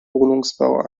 wohnungsbau